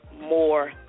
more